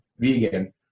vegan